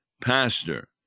Pastor